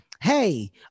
Hey